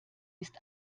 ist